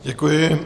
Děkuji.